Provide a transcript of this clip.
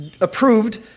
approved